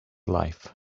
life